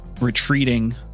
retreating